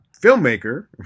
filmmaker